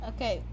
Okay